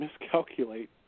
miscalculate